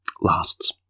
lasts